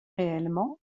réellement